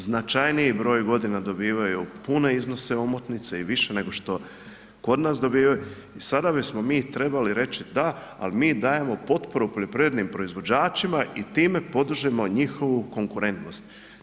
Značajniji broj godina dobivaju pune iznosa omotnice i više nego što kod nas dobivaju i sada bismo mi trebali reći, da, ali mi dajemo potporu poljoprivrednim proizvođačima i time podržimo njihovu konkurentnost.